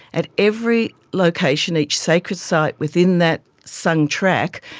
at every location, each sacred site within that sung track,